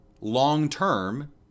long-term